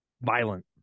violent